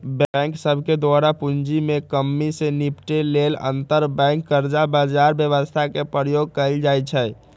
bank सभके द्वारा पूंजी में कम्मि से निपटे लेल अंतरबैंक कर्जा बजार व्यवस्था के प्रयोग कएल जाइ छइ